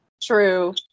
true